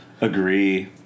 Agree